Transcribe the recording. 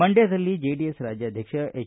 ಮಂಡ್ಯದಲ್ಲಿ ಜೆಡಿಎಸ್ ರಾಜ್ಯಾಧ್ವಕ್ಷ ಎಚ್